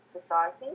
society